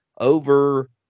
over